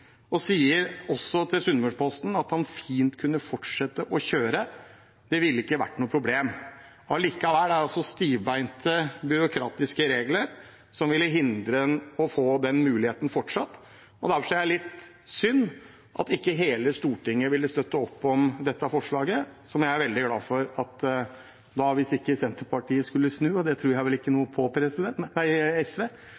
og dette sier han også til Sunnmørsposten – fint kan fortsette å kjøre, det vil ikke være noe problem. Likevel er det stivbente byråkratiske regler som ville hindre ham i fortsatt å få den muligheten. Derfor er det litt synd at ikke hele Stortinget ville støtte opp om dette forslaget, som jeg er veldig glad for at SV har sagt at de støtter – hvis ikke SV skulle snu, men det tror jeg ikke